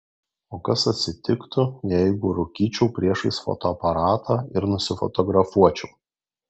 o kas atsitiktų jeigu rūkyčiau priešais fotoaparatą ir nusifotografuočiau